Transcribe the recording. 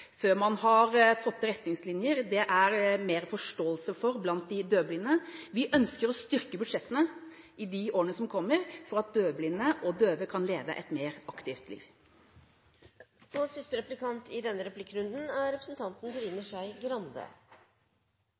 det er mer forståelse for blant de døvblinde. Vi ønsker å styrke budsjettene i årene som kommer, slik at døvblinde og døve kan leve et mer aktivt liv. Undersøkelser viser at hele 28 pst. av de funksjonshemmede som ikke er